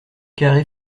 carré